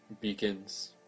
Beacons